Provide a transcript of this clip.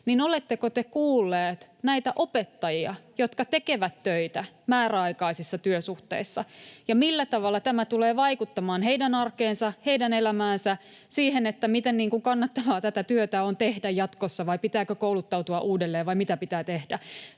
niin oletteko te kuulleet näitä opettajia, jotka tekevät töitä määräaikaisissa työsuhteissa, millä tavalla tämä tulee vaikuttamaan heidän arkeensa, heidän elämäänsä, siihen, miten kannattavaa tätä työtä on tehdä jatkossa vai pitääkö kouluttautua uudelleen vai mitä pitää tehdä?